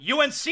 UNC